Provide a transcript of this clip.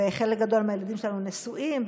וחלק גדול מהילדים שלנו נשואים,